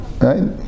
right